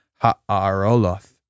Ha'aroloth